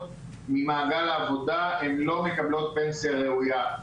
ממעגל העבודה הן לא מקבלות פנסיה ראויה.